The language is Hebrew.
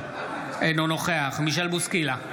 אינו נוכח מישל בוסקילה,